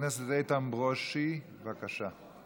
חבר הכנסת איתן ברושי, בבקשה.